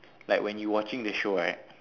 like when you watching the show right